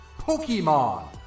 Pokemon